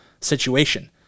situation